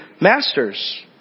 masters